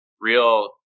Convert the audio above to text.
real